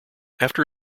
after